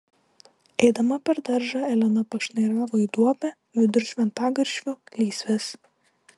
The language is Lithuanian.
eidama per daržą elena pašnairavo į duobę vidur šventagaršvių lysvės